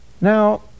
Now